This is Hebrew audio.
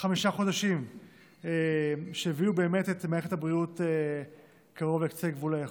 חמישה חודשים הביאו באמת את מערכת הבריאות קרוב לקצה גבול היכולת.